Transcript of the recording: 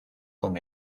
con